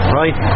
right